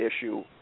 issue